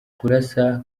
kurasa